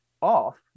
off